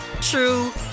true